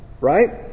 right